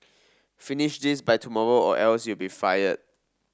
finish this by tomorrow or else you'll be fired